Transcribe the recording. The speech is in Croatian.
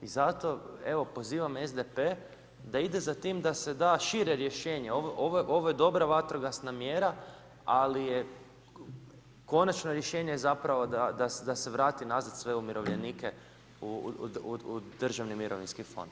I zato, evo pozivam SDP da ide za tim da se da šire rješenje, ovo je dobra vatrogasna mjera, ali je konačno rješenje zapravo da se vrati nazad sve umirovljenike u državni mirovinski fond.